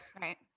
Right